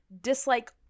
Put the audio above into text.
dislike